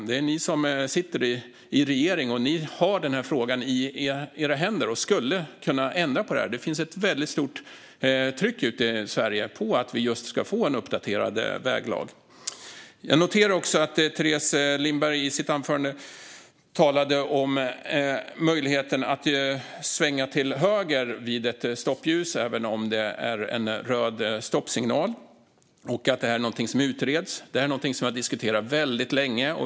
Det är de som sitter i regeringen och har frågan i sina händer. De kan ändra detta. Det finns ett väldigt stort tryck ute i Sverige för att vi ska få en uppdaterad väglag. Jag noterade att Teres Lindberg i sitt anförande talade om möjligheten att svänga till höger vid stoppljus även om stoppsignalen är röd. Hon sa att det är något som utreds. Detta har diskuterats väldigt länge.